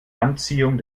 anziehung